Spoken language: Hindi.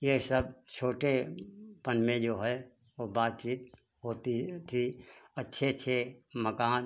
ये सब छोटे पन में जो है वो बात थी वो चीज थी अच्छे अच्छे मकान